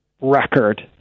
record